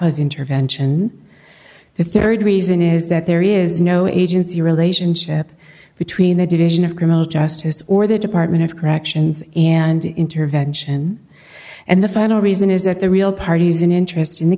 of intervention the rd reason is that there is no agency relationship between the division of criminal justice or the department of corrections and intervention and the final reason is that the real parties in interest in th